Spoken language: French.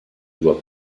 doit